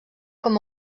com